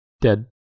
Dead